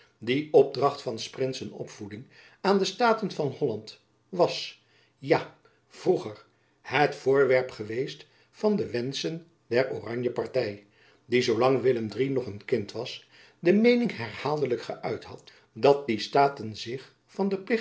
die opdracht van s prinsen opvoeding aan de staten van holland was ja vroeger het voorwerp geweest van de wenschen der oranje party jacob van lennep elizabeth musch die zoolang willem iii nog een kind was de meening herhaaldelijk geuit had dat die staten zich van den